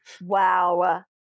Wow